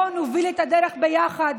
בואו נוביל את הדרך ביחד,